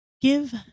give